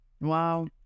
Wow